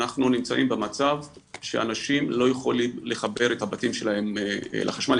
אנחנו נמצאים במצב שאנשים לא יכולים לחבר את הבתים שלהם לחשמל.